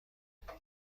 تنهایی